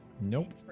nope